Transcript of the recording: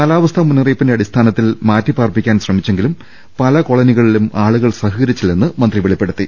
കാലാവസ്ഥാ മുന്ന റിയിപ്പിന്റെ അടിസ്ഥാനത്തിൽ മാറ്റിപ്പാർപ്പിക്കാൻ ശ്രമിച്ചെങ്കിലും പല കോള നികളിലും ആളുകൾ സഹകരിച്ചില്ലെന്ന് മന്ത്രി വെളിപ്പെടുത്തി